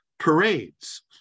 parades